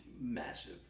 massive